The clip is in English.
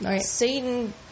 Satan